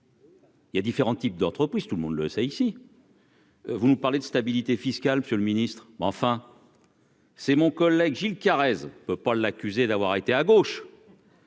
Il y a différents types d'entreprises, tout le monde le sait ici. Vous nous parlez de stabilité fiscale, Monsieur le Ministre, enfin. C'est mon collègue Gilles Carrez peut pas l'accuser d'avoir été à gauche.